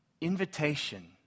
invitation